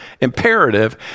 imperative